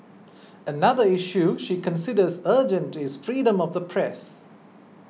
another issue she considers urgent is freedom of the press